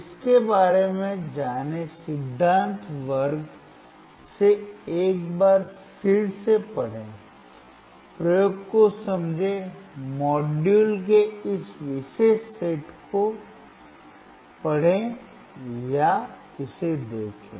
इसके बारे में जानें सिद्धांत वर्ग से एक बार फिर से पढ़ें प्रयोग को समझें मॉड्यूल के इस विशेष सेट को पढ़ें या इसे देखें